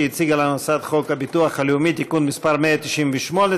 שהציגה לנו את הצעת חוק הביטוח הלאומי (תיקון מס' 198),